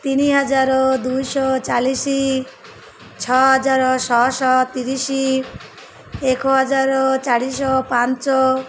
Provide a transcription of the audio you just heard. ତିନି ହଜାର ଦୁଇ ଶହ ଚାଲିଶି ଛଅ ହଜାର ଛଅ ଶହ ତିରିଶି ଏକ ହଜାର ଚାରି ଶହ ପାଞ୍ଚ